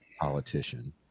politician